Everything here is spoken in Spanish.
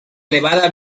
elevada